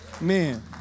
Man